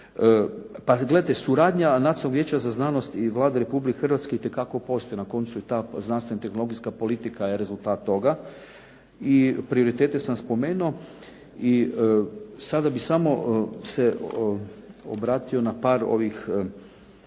Pa gledajte, suradnja Nacionalnog vijeća za znanost i Vlade Republike Hrvatske itekako postoji. Na koncu i ta znanstveno-tehnologijska politika je rezultat toga i prioritete sam spomenuo i sada bih samo se obratio na par ovih